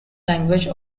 language